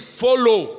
follow